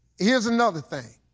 here's another thing.